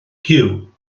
gyw